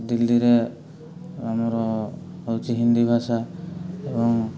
ଦିଲ୍ଲୀରେ ଆମର ହେଉଛି ହିନ୍ଦୀ ଭାଷା ଏବଂ